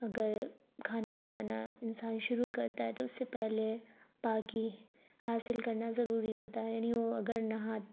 اگر کھانا بنانا انسان شروع کرتا ہے تو اس سے پہلے پاکی حاصل کرنا ضروری ہوتا ہے یعنی وہ اگر نہا